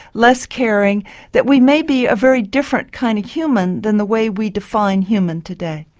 less caring that we maybe a very different kind of human than the way we define human today.